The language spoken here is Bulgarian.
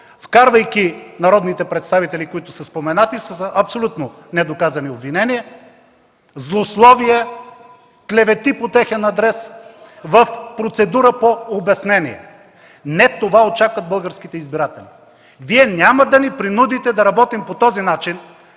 вкарвайки народните представители, които са споменати с абсолютно недоказани обвинения, злословия, клевети по техен адрес, в процедура по обяснения. Не това очакват българските избиратели! Вие няма да ни принудите да работим по този начин,